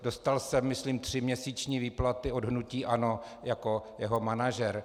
Dostal jsem, myslím, tříměsíční výplatu od hnutí ANO jako jeho manažer.